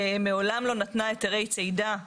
מעולם לא נתנה היתרי צידה ברעל.